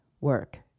work